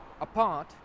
apart